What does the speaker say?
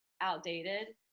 outdated